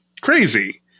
crazy